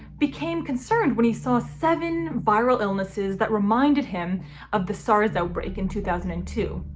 became concerned when he saw seven viral illnesses that reminded him of the sars outbreak in two thousand and two.